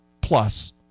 plus